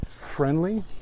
friendly